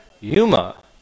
Yuma